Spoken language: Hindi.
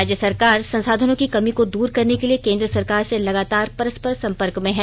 राज्य सरकार संसाधनों की कमी को दूर करने के लिए केंद्र सरकार से लगातार परस्पर संपर्क में है